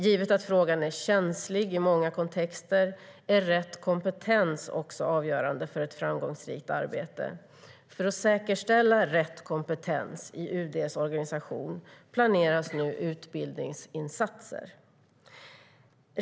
Givet att frågan är känslig i många kontexter är rätt kompetens också avgörande för ett framgångsrikt arbete. För att säkerställa rätt kompetens i UD:s organisation planeras nu utbildningsinsatser.